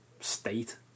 state